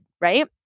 Right